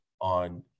on